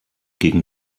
gegen